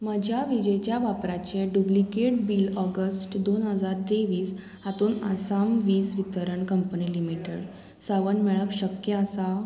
म्हज्या विजेच्या वापराचें डुप्लिकेट बिल ऑगस्ट दोन हजार तेव्वीस हातूंत आसाम वीज वितरण कंपनी लिमिटेड सावन मेळप शक्य आसा